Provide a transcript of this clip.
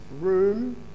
room